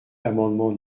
l’amendement